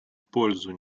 пользу